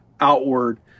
outward